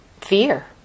fear